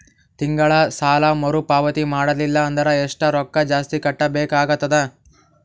ತಿಂಗಳ ಸಾಲಾ ಮರು ಪಾವತಿ ಮಾಡಲಿಲ್ಲ ಅಂದರ ಎಷ್ಟ ರೊಕ್ಕ ಜಾಸ್ತಿ ಕಟ್ಟಬೇಕಾಗತದ?